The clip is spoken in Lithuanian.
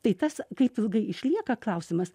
tai tas kaip ilgai išlieka klausimas